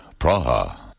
Praha